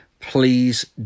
Please